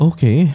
Okay